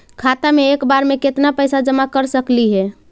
खाता मे एक बार मे केत्ना पैसा जमा कर सकली हे?